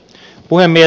puhemies